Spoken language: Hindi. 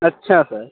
अच्छा सर